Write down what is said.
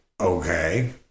okay